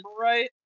right